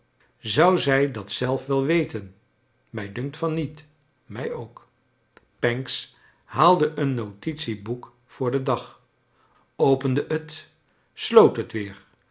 zou zij dat zelf wel weten mij dunkt van niet mij ook pancks haalde een notitieboek voor den dag opende het sloot het weer